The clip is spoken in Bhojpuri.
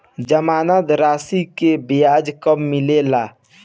जमानद राशी के ब्याज कब मिले ला?